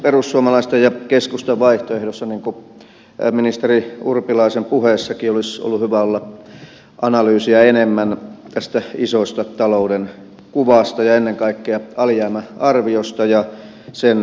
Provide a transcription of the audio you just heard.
perussuomalaisten ja keskustan vaihtoehdoissa niin kuin ministeri urpilaisen puheessakin olisi ollut hyvä olla analyysiä enemmän tästä isosta talouden kuvasta ja ennen kaikkea alijäämäarviosta ja sen realistisuudesta